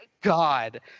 God